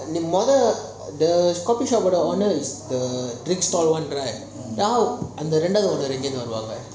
அந்த மோதலை:antha mothala owner the coffee shop owner is the drink stall one right